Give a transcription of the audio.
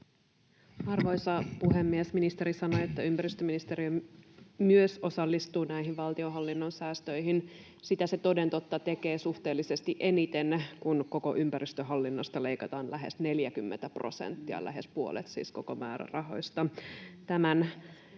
Arvoisa puhemies! Ministeri sanoi, että myös ympäristöministeriö osallistuu näihin valtionhallinnon säästöihin. Sitä se toden totta tekee suhteellisesti eniten, kun koko ympäristöhallinnosta leikataan lähes 40 prosenttia, siis lähes puolet koko määrärahoista.